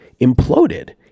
imploded